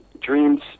dreams